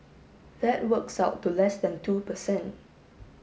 that works out to less than two percent